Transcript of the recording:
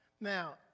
Now